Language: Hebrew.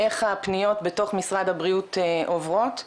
איך הפניות בתוך משרד הבריאות עוברות,